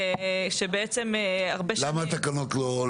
למה חקיקה ולא תקנות?